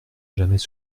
jamais